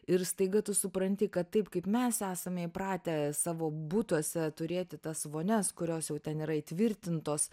ir staiga tu supranti kad taip kaip mes esame įpratę savo butuose turėti tas vonias kurios jau ten yra įtvirtintos